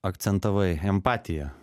akcentavai empatija